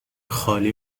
خالی